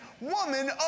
woman